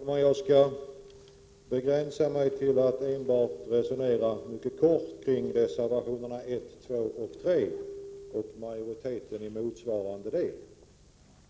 Herr talman! Jag skall begränsa mig till att resonera mycket kort kring reservationerna 1, 2 och 3 och majoritetens skrivning i motsvarande del,